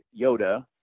Yoda